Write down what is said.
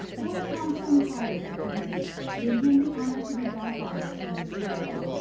or upon some private acquaintance, did him the honour to be godfather to his child,